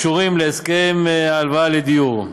העברת מידע ומסירת מסמכים הקשורים להסכם הלוואה לדיור),